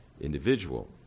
individual